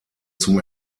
zum